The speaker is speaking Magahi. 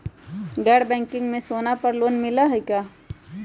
गैर बैंकिंग में सोना पर लोन मिलहई?